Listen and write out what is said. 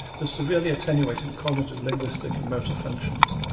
with severely attenuated cognitive, linguistic and motor functions.